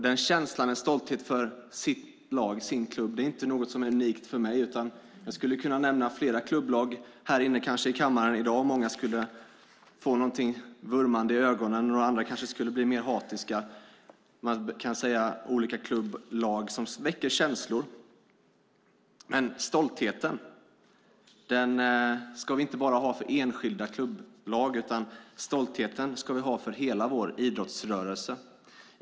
Den känslan och den stoltheten över sitt lag och sin klubb är inte något som är unikt för mig. Jag skulle kunna nämna flera klubblag i kammaren i dag. Många skulle få något vurmande i ögonen, andra kanske skulle bli mer hatiska. Man kan säga att olika klubblag väcker känslor. Men stoltheten ska vi inte bara ha för enskilda klubblag, stoltheten ska vi ha för hela vår idrottsrörelse.